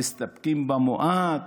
מסתפקים במועט.